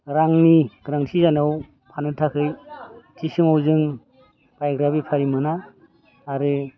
रांनि गोनांथि जानायाव फाननो थाखाय थि समाव जों गायग्रा बेफारि मोना आरो